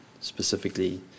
specifically